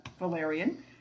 Valerian